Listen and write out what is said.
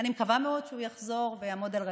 אני מקווה מאוד שהוא יחזור ויעמוד על רגליו.